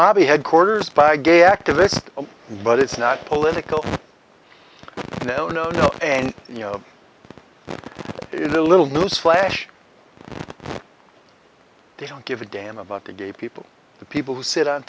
lobby headquarters by gay activists but it's not political no no no and you know the little newsflash they don't give a damn about the gay people the people who sit on